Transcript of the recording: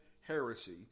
heresy